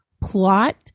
plot